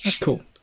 Cool